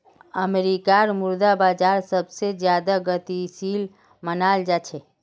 अमरीकार मुद्रा बाजार सबसे ज्यादा गतिशील मनाल जा छे